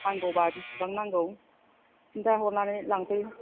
नांगौबा बिसिबां नांगौ खिन्थाहरनानै लांफै